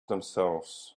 themselves